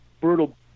brutal